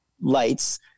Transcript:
lights